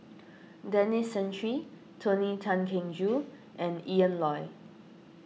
Denis Santry Tony Tan Keng Joo and Ian Loy